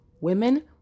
Women